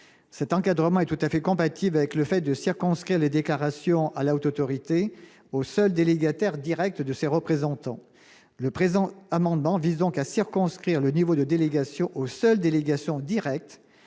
cet encadrement est tout à fait compatible avec le fait de circonscrire les déclarations à la Haute autorité au seul délégataire directe de ses représentants, le présent amendement vise donc à circonscrire le niveau de délégations aux seules délégations Direct